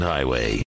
Highway